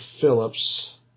Phillips